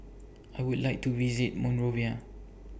I Would like to visit Monrovia